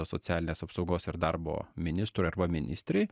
socialinės apsaugos ir darbo ministrui arba ministrei